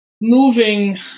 moving